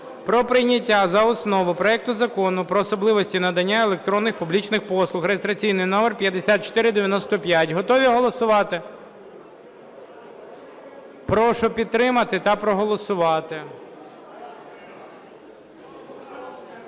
про прийняття за основу проекту Закону про особливості надання електронних публічних послуг (реєстраційний номер 5495). Готові голосувати? Прошу підтримати та проголосувати.